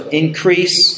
increase